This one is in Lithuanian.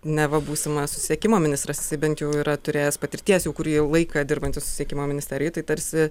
neva būsimą susisiekimo ministras bent jau yra turėjęs patirties jau kurį jau laiką dirbanti susisiekimo ministerijoj tai tarsi